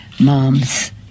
moms